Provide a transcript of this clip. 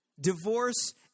Divorce